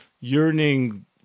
yearning